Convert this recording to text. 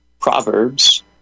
Proverbs